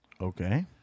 okay